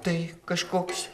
tai kažkoks